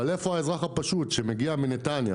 אבל איפה האזרח הפשוט שמגיע מנתניה